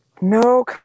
No